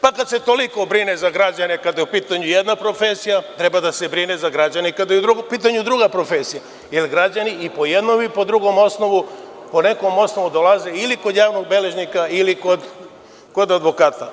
Pa kada se toliko brine za građane kada je u pitanju jedna profesija, treba da se brine za građane i kada je u pitanju druga profesija, jer građani i po jednom i drugom osnovu, po nekom osnovu dolaze ili kod javnog beležnika ili kod advokata.